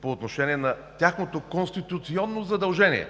по отношение на тяхното конституционно задължение.